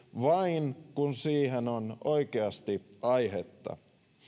vain kun siihen on oikeasti aihetta